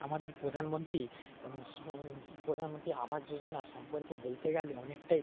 আমাদের প্রধানমন্ত্রী প্রধানমন্ত্রী আবাস যোজনা সম্পর্কে বলতে গেলে অনেকটাই